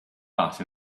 but